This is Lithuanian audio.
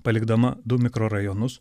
palikdama du mikrorajonus